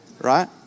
right